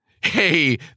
Hey